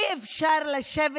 אי-אפשר לשבת